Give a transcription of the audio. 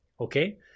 okay